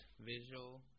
visual